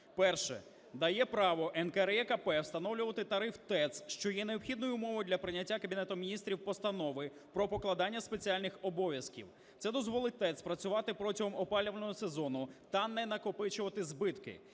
Перше. Дає право НКРЕКП встановлювати тариф ТЕЦ, що є необхідною умовою для прийняття Кабінетом Міністрів Постанови про покладання спеціальних обов'язків. Це дозволить ТЕЦ працювати протягом опалювального сезону та не накопичувати збитки,